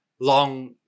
long